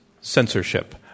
censorship